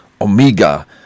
Omega